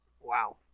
Wow